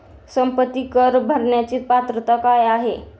संपत्ती कर भरण्याची पात्रता काय आहे?